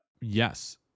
Yes